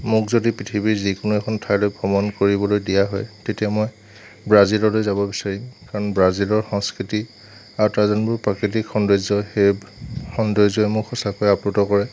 মোক যদি পৃথিৱীৰ যিকোনো এখন ঠাইলৈ ভ্ৰমণ কৰিবলৈ দিয়া হয় তেতিয়া মই ব্ৰাজিললৈ যাব বিচাৰিম কাৰণ ব্ৰাজিলৰ সংস্কৃতি আৰু তাৰ যোনবোৰ প্ৰাকৃতিক সৌন্দৰ্য্য় সেই সৌন্দৰ্য্য়ই মোক সঁচাকৈ আপ্লুত কৰে